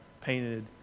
painted